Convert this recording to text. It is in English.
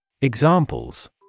Examples